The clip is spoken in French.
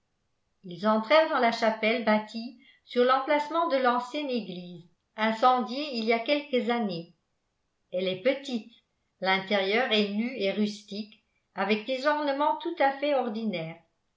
ils entrèrent dans la chapelle bâtie sur l'emplacement de l'ancienne église incendiée il y a quelques années elle est petite l'intérieur est nu et rustique avec des ornements tout à fait ordinaires